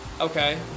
Okay